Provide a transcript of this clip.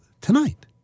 tonight